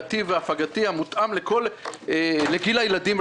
חוויתי המותאם לגיל הילדים,